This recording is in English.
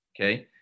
Okay